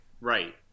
Right